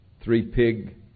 three-pig